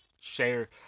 share